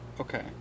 okay